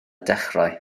dechrau